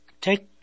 Take